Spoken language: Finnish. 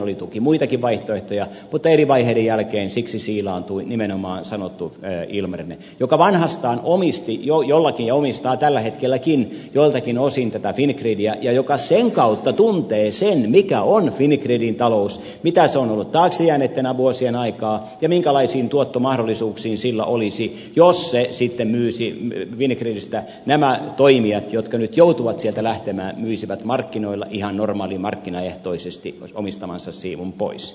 oli toki muitakin vaihtoehtoja mutta eri vaiheiden jälkeen siksi siilaantui nimenomaan ilmarinen joka vanhastaan omisti jo ja omistaa tälläkin hetkellä joiltakin osin tätä fingridiä ja joka sen kautta tuntee sen mikä on fingridin talous mitä se on ollut taakse jääneitten vuosien aikaan ja minkälaisiin tuottomahdollisuuksiin se voisi päästä jos nämä toimijat jotka nyt joutuvat sieltä lähtemään myisivät markkinoilla ihan normaalimarkkinaehtoisesti omistamansa siivun pois